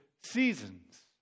seasons